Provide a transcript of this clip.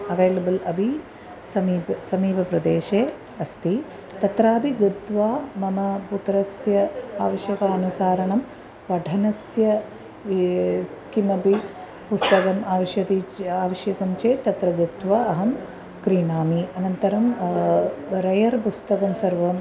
available अपि समीपे समीपप्रदेशे अस्ति तत्रापि गत्वा मम पुत्रस्य आवश्यकतानुसारणं पठनस्य किमपि पुस्तकम् आवश्यकमिति च आवश्यकं चेत् तत्र गत्वा अहं क्रीणामि अनन्तरं रेयर् पुस्तकं सर्वम्